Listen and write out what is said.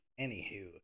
anywho